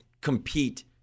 compete